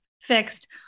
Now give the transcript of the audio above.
fixed